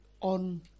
on